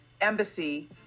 embassy